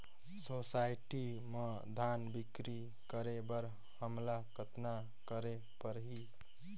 Society म धान बिक्री करे बर हमला कतना करे परही?